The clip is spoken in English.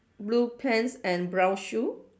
blue pants and brown shoe